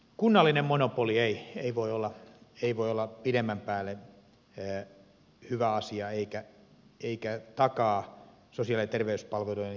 kunnallinen monopoli ei voi olla pidemmän päälle hyvä asia eikä takaa sosiaali ja terveyspalveluiden kehittymistä